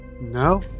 No